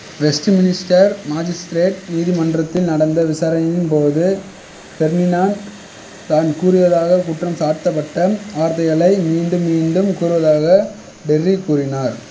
Westminster magistrate நீதிமன்றத்தில் நடந்த விசாரணையின் போது பெர்னினாண்ட் தான் கூறியதாக குற்றம் சாற்றப்பட்ட வார்த்தைகளை மீண்டும் மீண்டும் கூறுவதாக டெர்ரி கூறினார்